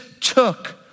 took